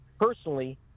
Personally